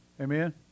Amen